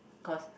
cause